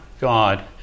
God